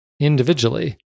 individually